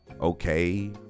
okay